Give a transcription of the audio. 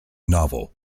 novel